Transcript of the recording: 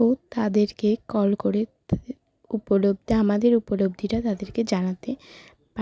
ও তাদেরকে কল করে তাদের উপলব্ধি আমাদের উপলব্ধিটা তাদেরকে জানাতে পা